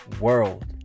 world